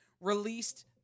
released